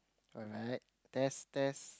alright test test